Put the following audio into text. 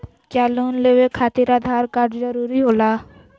क्या लोन लेवे खातिर आधार कार्ड जरूरी होला?